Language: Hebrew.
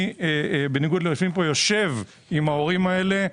בניגוד לאחרים פה יושב עם ההורים האלה,